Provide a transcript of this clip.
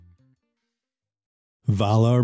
Valar